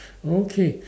okay